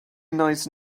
nice